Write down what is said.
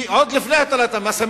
כי עוד לפני הטלת המס,